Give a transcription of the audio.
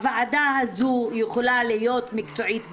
הוועדה הזו יכולה להיות מקצועית ביותר,